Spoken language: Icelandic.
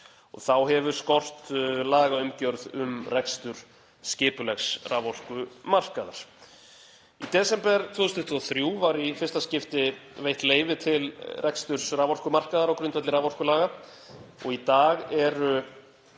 Þá hefur skort lagaramma um rekstur skipulegs raforkumarkaðar. Í desember 2023 var í fyrsta sinn veitt leyfi til reksturs raforkumarkaðar á grundvelli raforkulaga og í dag eru